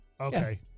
Okay